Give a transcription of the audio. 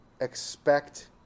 expect